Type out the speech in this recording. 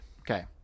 Okay